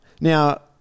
now